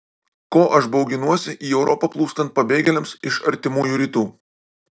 ko aš bauginuosi į europą plūstant pabėgėliams iš artimųjų rytų